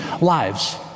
lives